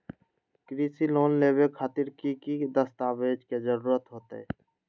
कृषि लोन लेबे खातिर की की दस्तावेज के जरूरत होतई?